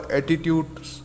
attitudes